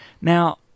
Now